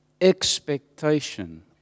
Expectation